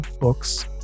books